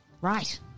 Right